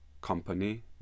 Company